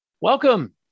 Welcome